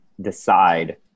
decide